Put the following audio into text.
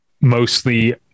mostly